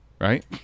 right